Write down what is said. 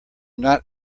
not